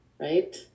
right